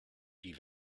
die